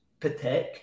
Patek